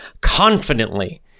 confidently